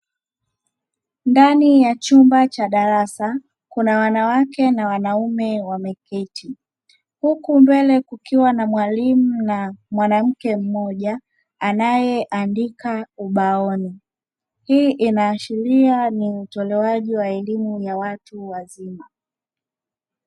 Ndani ya chumba cha darasa kuna wanawake na wanaume wameketi, huku mbele kukiwa na mwalimu na mwanamke mmoja anayeandika ubaoni, hii inaashiria ni utolewaji wa elimu ya watu wazima